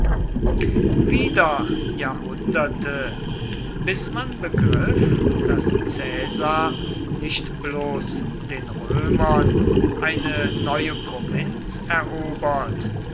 wieder jahrhunderte bis man begriff daß caesar nicht bloß den römern eine neue provinz erobert